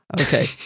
okay